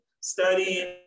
studying